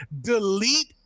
delete